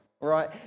right